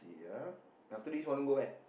ya after this want to go where